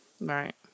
Right